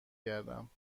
گردم